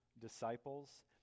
disciples